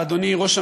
אדוני היושב-ראש,